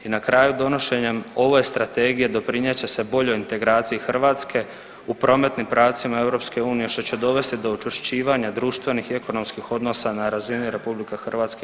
I na kraju, donošenjem ove Strategije doprijet će se boljoj integraciji Hrvatske u prometnim pravcima EU, što će dovesti do učvršćivanja društvenih i ekonomskih odnosa na razini RH-EU.